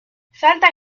salta